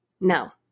No